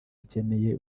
akeneye